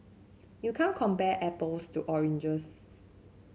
you can't compare apples to oranges